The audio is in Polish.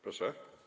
Proszę?